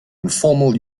informal